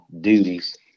duties